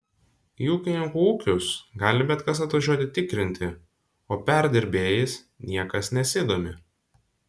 į ūkininkų ūkius gali bet kas atvažiuoti tikrinti o perdirbėjais niekas nesidomi